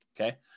okay